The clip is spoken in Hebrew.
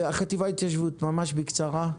החטיבה להתיישבות, ממש בקצרה.